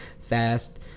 fast